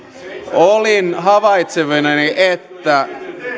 olin havaitsevinani että